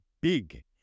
big